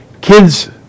kids